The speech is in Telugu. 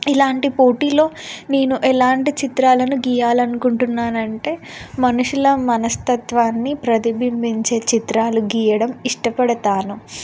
ఇలాంటి పోటీలో నేను ఎలాంటి చిత్రాలను గీయాలనుకుంటున్నానంటే మనుషుల మనస్తత్వాన్ని ప్రతిబింబించే చిత్రాలు గీయడం ఇష్టపడతాను